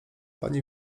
pani